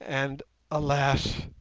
and alas,